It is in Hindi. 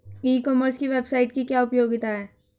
ई कॉमर्स की वेबसाइट की क्या उपयोगिता है?